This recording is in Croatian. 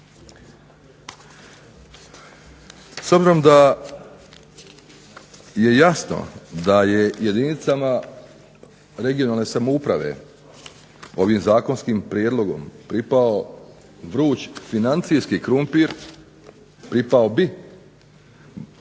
S obzirom da je jasno da je jedinicama regionalne samouprave ovim zakonskim prijedlogom pripao vruć financijski "krumpir", pripao bi